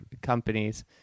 Companies